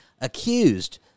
accused